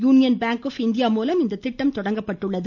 union bank of India மூலம் இத்திட்டம் தொடங்கப்பட்டுள்ளது